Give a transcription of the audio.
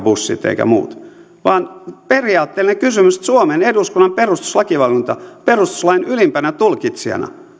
bussit eivätkä muut vaan tämä on periaatteellinen kysymys suomen eduskunnan perustuslakivaliokunta perustuslain ylimpänä tulkitsijana